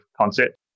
concept